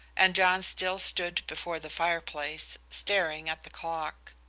and john still stood before the fire-place, staring at the clock.